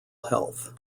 health